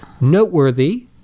noteworthy